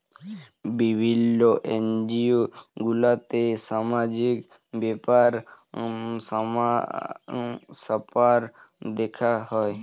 বিভিল্য এনজিও গুলাতে সামাজিক ব্যাপার স্যাপার দ্যেখা হ্যয়